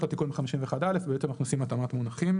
לתיקון 51א בעצם אנחנו עושים התאמת מונחים.